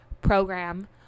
program